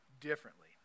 differently